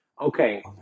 Okay